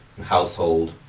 household